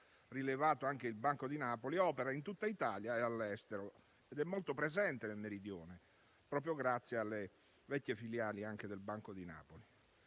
rilevato anche il Banco di Napoli, opera in tutta Italia e all'estero ed è molto presente nel meridione, anche grazie alle vecchie filiali anche del Banco di Napoli.